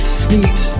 sweet